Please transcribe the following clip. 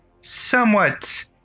somewhat